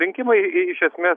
rinkimai iš esmės